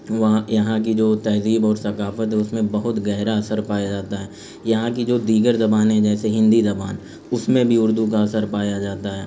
وہاں یہاں کی جو تہذیب اور ثقافت ہے اس میں بہت گہرا اثر پایا جاتا ہے یہاں کی جو دیگر زبانیں ہیں جیسے ہندی زبان اس میں بھی اردو کا اثر پایا جاتا ہے